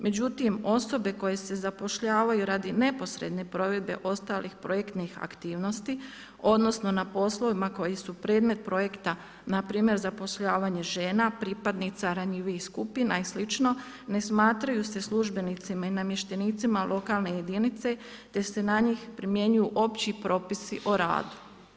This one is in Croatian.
Međutim, osobe koje se zapošljavaju radi neposredne provedbe ostalih projektnih aktivnosti, odnosno na poslovima koji su predmet projekta na primjer zapošljavanje žena pripadnica ranjivijih skupina i slično ne smatraju se službenicima i namještenicima lokalne jedinice, te se na njih primjenjuju opći propisi o radu.